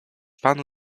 panu